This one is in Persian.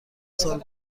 سال